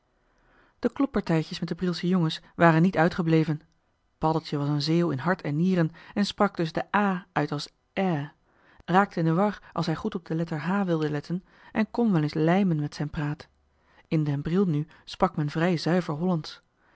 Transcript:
de kloppartijtjes met de brielsche jongens waren niet uitgebleven paddeltje was een zeeuw in hart en nieren en sprak dus de aa uit als ae raakte in de war als hij goed op de letter h wilde letten en kon wel eens lijmen met zijn praat in den briel nu sprak men vrij zuiver